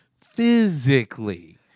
physically